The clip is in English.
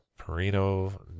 Perino